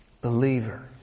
Believer